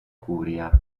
curia